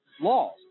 laws